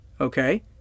okay